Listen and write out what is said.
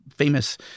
famous